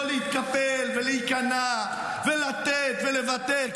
לא להתקפל ולהיכנע ולתת ולוותר,